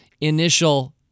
initial